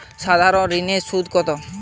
সাধারণ ঋণের সুদ কত?